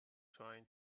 trying